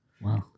Wow